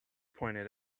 pointed